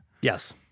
Yes